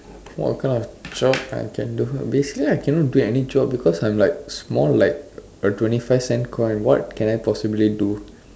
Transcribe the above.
what kind of job I can do basically I cannot do any job because I'm like small like a twenty five percent coin what can I possibly do